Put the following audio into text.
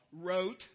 wrote